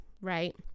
right